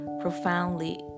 profoundly